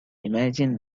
imagine